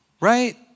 right